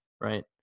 right